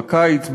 בקיץ,